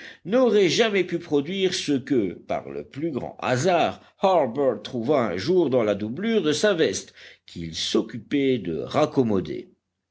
n'aurait jamais pu produire ce que par le plus grand hasard harbert trouva un jour dans la doublure de sa veste qu'il s'occupait de raccommoder